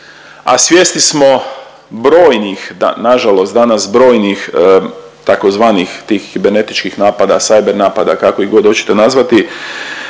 a svjesni smo brojnih, nažalost danas brojnih tzv. tih kibernetičkih napada, cyber napada, kako ih god oćete nazvati,